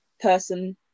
person